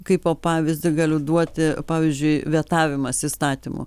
kaipo pavyzdį galiu duoti pavyzdžiui vetavimas įstatymų